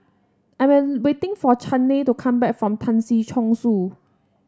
I'm waiting for Chaney to come back from Tan Si Chong Su